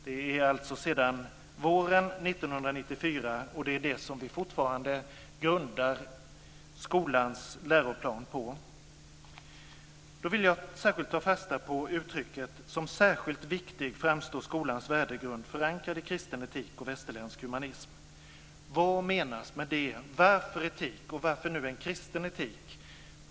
Det är alltså sedan våren 1994, och det är det som vi fortfarande grundar skolans läroplan på. Jag vill då särskilt ta fasta på uttrycket: "Som särskilt viktig framstår skolans värdegrund, förankrad i kristen etik och västerländsk humanism". Vad menas med det? Varför etik, och varför nu en kristen etik?